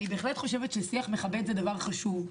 אני בהחלט חושבת ששיח מכבד זה דבר חשוב.